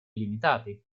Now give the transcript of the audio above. limitati